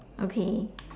okay